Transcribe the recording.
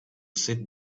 sit